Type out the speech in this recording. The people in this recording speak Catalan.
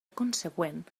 consegüent